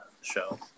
show